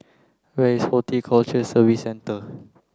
where is Horticulture Services Centre